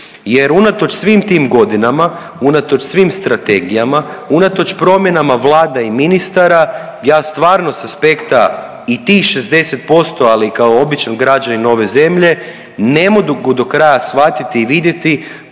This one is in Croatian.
jer unatoč svim tim godinama, unatoč svim strategijama, unatoč promjenama vlada i ministara, ja stvarno s aspekta i tih 60%, ali i kao običan građanin ove zemlje ne mogu do kraja shvatiti i vidjeti